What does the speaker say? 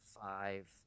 five